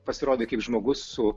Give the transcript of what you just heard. pasirodai kaip žmogus su